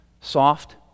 Soft